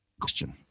question